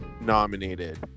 nominated